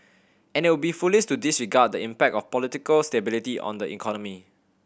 and it would be foolish to disregard the impact of political stability on the economy